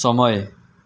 समय